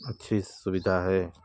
अच्छी सुविधा है